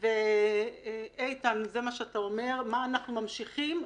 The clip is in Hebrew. איתן, אתה אומר: מה, אנחנו ממשיכים?